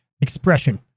expression